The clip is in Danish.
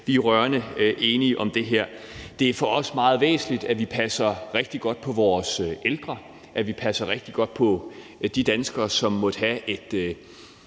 Vi er rørende enige om det her. Det er for os meget væsentligt, at vi passer rigtig godt på vores ældre, og at vi passer rigtig godt på de danskere, som måtte have et